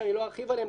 שאני לא ארחיב עליהם,